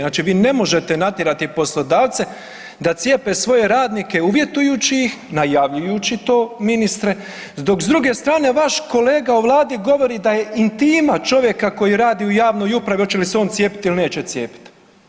Znači vi ne možete natjerati poslodavce da cijepe svoje radnike uvjetujući ih, najavljujući to ministre, dok s druge strane vaš kolega u vladi govori da je intima čovjeka koji radi u javnoj upravi oće li se on cijepit ili neće cijepit.